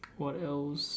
what else